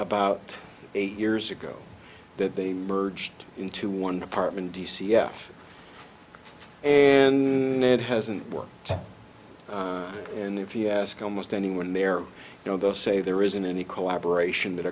about eight years ago that they merged into one apartment d c s and it hasn't worked and if you ask almost anyone there are no those say there isn't any collaboration that